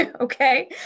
okay